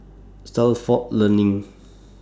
Stalford Learning